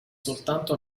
soltanto